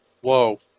whoa